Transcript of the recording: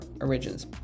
origins